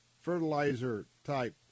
fertilizer-type